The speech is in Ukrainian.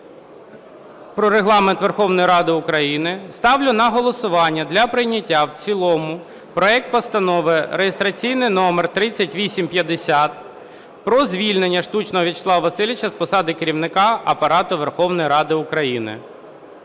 "Про Регламент Верховної Ради України" ставлю на голосування для прийняття в цілому проект Постанови (реєстраційний номер 3850) про звільнення Штучного Вячеслава Васильовича з посади Керівника Апарату Верховної Ради України.